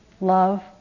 love